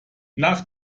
nach